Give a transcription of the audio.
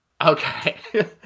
okay